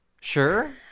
Sure